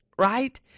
Right